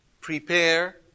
prepare